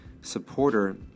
supporter